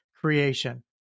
creation